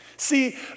See